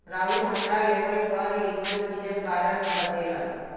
राहुल हमरा लेवल पर लिखल चीजक बारे मे बतेलक